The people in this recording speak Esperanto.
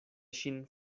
ŝin